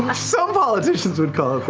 um some politicians would call